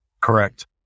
Correct